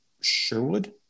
Sherwood